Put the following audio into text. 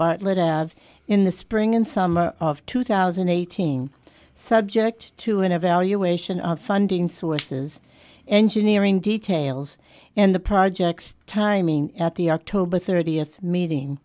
bartlett have in the spring and summer of two thousand and eighteen subject to an evaluation of funding sources engineering details and the project's timing at the october thirtieth meeting